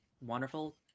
wonderful